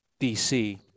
DC